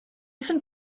sind